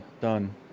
Done